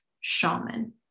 shaman